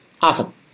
Awesome